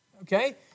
Okay